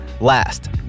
Last